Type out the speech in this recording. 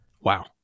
Wow